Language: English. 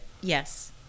Yes